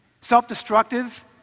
self-destructive